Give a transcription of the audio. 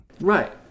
Right